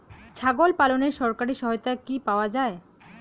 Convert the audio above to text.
ছাগল পালনে সরকারি সহায়তা কি পাওয়া যায়?